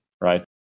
right